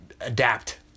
adapt